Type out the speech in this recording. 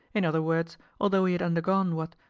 in other words, although he had undergone what,